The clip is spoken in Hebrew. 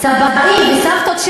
סבאים וסבתות.